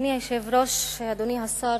אדוני היושב-ראש, אדוני השר,